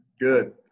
good